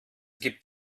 gibt